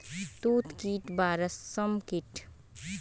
তুত কীট বা রেশ্ম কীট